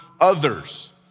others